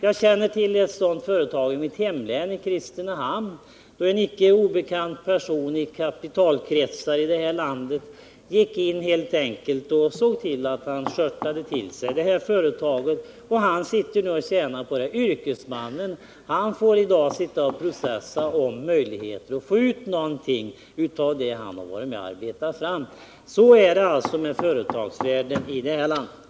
Jag känner själv till ett sådant företag i mitt hemlän, i Kristinehamn, där en i kapitalkretsar i det här landet icke obekant person helt enkelt gick in och skörtade till sig företaget. Han sitter nu och tjänar pengar på det, medan yrkesmannen får processa om möjligheterna att få ut någonting av det han varit med om att arbeta fram. Så är det med företagsvärlden i det här landet.